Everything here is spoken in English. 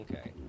Okay